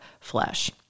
flesh